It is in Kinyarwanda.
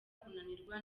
kunanirwa